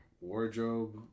wardrobe